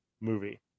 movie